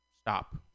stop